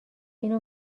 اینو